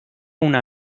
una